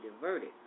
diverted